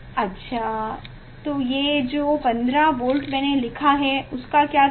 अच्छा ये जो 15 वोल्ट मैंने लिखा है उसका क्या करें